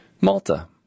Malta